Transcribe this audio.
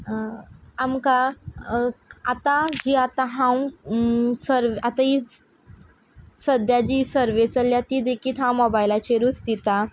आमकां आतां जी आतां हांव सर्व आतां हीच सद्द्या जी सर्वे चल्ल्या ती देकीत हांव मॉबायलाचेरूच दिता